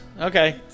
Okay